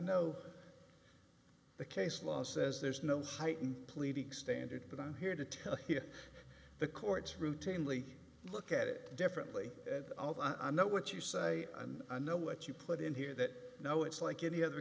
know the case law says there's no heightened pleading standard but i'm here to tell you the courts routinely look at it differently although i know what you say and i know what you put in here that you know it's like any other